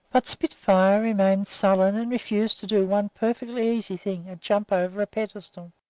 but spitfire remained sullen and refused to do one perfectly easy thing, a jump over a pedestal.